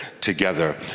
together